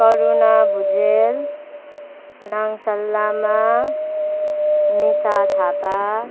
Karuna Bhujel Nangsal Lama Nisha Thapa